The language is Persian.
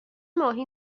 ماهی